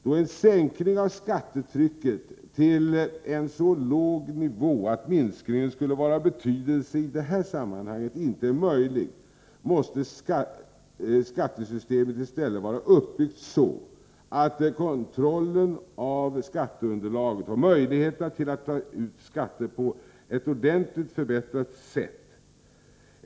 Då en sänkning av skattetrycket till en så låg nivå att minskningen skulle vara av betydelse i det här sammanhanget inte är möjlig, måste skattesystemet i stället vara uppbyggt så att kontrollen av skatteunderlaget och möjligheterna att ta ut skatter förbättras.